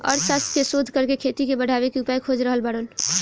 अर्थशास्त्र के शोध करके खेती के बढ़ावे के उपाय खोज रहल बाड़न